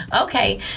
Okay